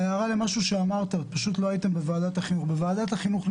בוועדת החינוך,